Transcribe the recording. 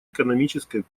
экономической